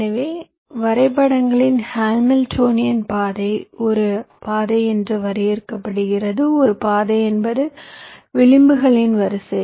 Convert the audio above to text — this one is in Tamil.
எனவே வரைபடங்களில் ஹாமில்டோனிய பாதையை ஒரு பாதை என்று வரையறுக்கப்படுகிறது ஒரு பாதை என்பது விளிம்புகளின் வரிசை